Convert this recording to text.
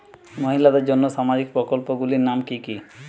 মহিলাদের জন্য সামাজিক প্রকল্প গুলির নাম কি কি?